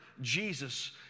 Jesus